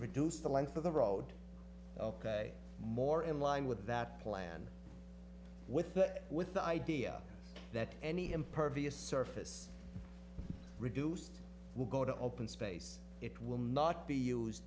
reduce the length of the road more in line with that plan with the with the idea that any impervious surface reduced will go to open space it will not be used